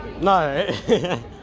No